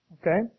Okay